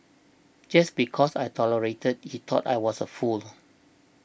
just because I tolerated he thought I was a fool